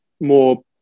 more